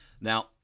Now